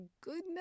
goodness